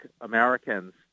Americans